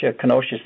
kenosha